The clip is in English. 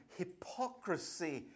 hypocrisy